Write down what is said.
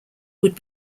would